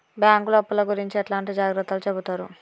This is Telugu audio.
బ్యాంకులు అప్పుల గురించి ఎట్లాంటి జాగ్రత్తలు చెబుతరు?